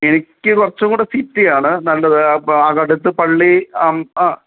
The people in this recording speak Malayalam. എനിക്ക് കുറച്ചുംകൂടെ സിറ്റി ആണ് നല്ലത് അപ്പം അടുത്ത് പള്ളി അം അ